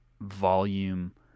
volume